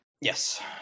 Yes